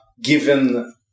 given